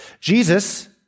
Jesus